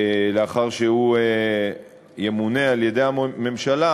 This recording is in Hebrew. לאחר שהוא ימונה על-ידי הממשלה,